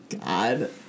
God